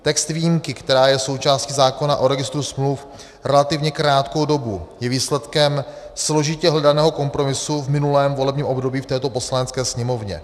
Text výjimky, která je součástí zákona o registru smluv relativně krátkou dobu, je výsledkem složitě hledaného kompromisu v minulém volebním období v této Poslanecké sněmovně.